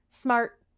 smart